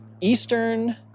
Eastern